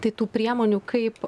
tai tų priemonių kaip